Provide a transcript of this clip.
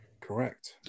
Correct